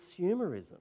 consumerism